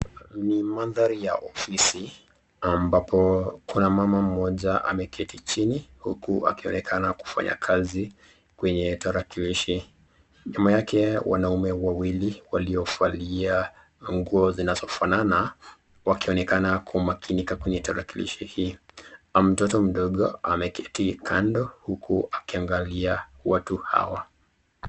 Ni mandhari ya ofisi ambapo kuna mama moja ameketi chini huku akionekana kufanya kazi kwenye tarakilishi, nyuma yake wanaume wawili waliovalia nguo zinazofanana wakionekana kumakinika kwenye tarakilishi hii, mtoto mdogo ameketi kando huku akiangalia watu hawa.